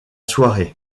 soirée